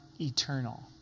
eternal